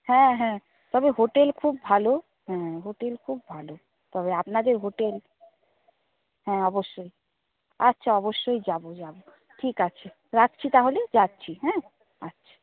হ্যাঁ হ্যাঁ তবে হোটেল খুব ভালো হ্যাঁ হোটেল খুব ভালো তবে আপনাদের হোটেল হ্যাঁ অবশ্যই আচ্ছা অবশ্যই যাব যাব ঠিক আছে রাখছি তাহলে যাচ্ছি হ্যাঁ আচ্ছা